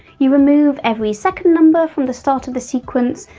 you remove every second number from the start of the sequence,